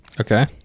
Okay